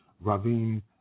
Ravine